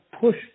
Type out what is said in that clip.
push